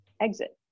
exit